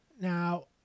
Now